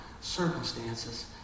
circumstances